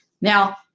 Now